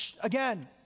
again